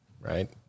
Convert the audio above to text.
right